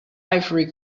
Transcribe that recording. ivory